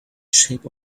shape